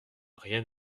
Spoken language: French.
rien